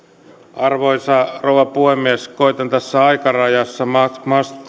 arvoisa rouva puhemies koetan tässä aikarajassa